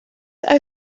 are